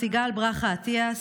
סיגל ברכה אטיאס,